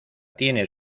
tiene